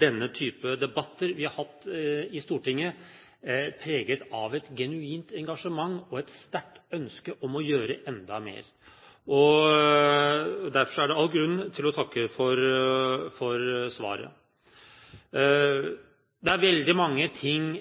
denne type debatter vi har hatt i Stortinget, at de er preget av et genuint engasjement og et sterkt ønske om å gjøre enda mer. Derfor er det all grunn til å takke for svaret. Det er veldig mange ting